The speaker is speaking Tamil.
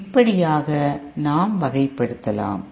இப்படியாக நாம் வகைப்படுத்தலாம்